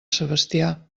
sebastià